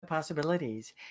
Possibilities